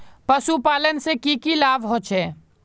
पशुपालन से की की लाभ होचे?